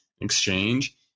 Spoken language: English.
exchange